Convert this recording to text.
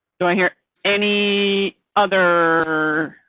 so i hear any other.